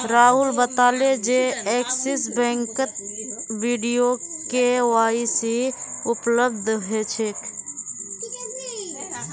राहुल बताले जे एक्सिस बैंकत वीडियो के.वाई.सी उपलब्ध छेक